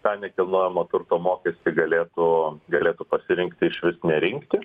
tą nekilnojamo turto mokestį galėtų galėtų pasirinkti išvis nerinkti